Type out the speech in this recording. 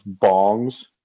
bongs